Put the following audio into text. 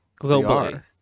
globally